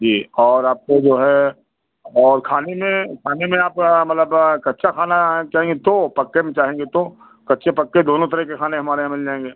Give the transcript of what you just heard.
जी और आपको जो है और खाने में खाने में आप मतलब कच्चा खाना चाहिए तो पक्के में चाहेंगे तो कच्चे पक्के दोनों तरह के खाने हमारे यहाँ मिल जाएँगे